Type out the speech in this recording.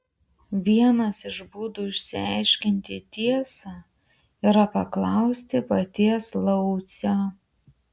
vienas iš būdų išsiaiškinti tiesą yra paklausti paties laucio